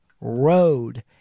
road